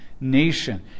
nation